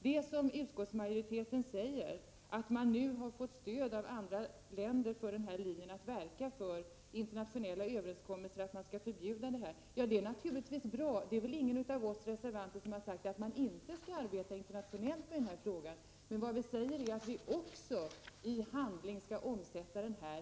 Det är som utskottsmajoriteten säger att man nu har fått stöd av andra länder att verka för internationella överenskommelser att förbjuda detta. Det är naturligtvis bra. Ingen av oss reservan ter har sagt att man inte skall arbeta internationellt med denna fråga. Men = Prot. 1989/90:35 vi säger att vi också vill att man i handling skall verka hemma i Sverige.